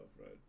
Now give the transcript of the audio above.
right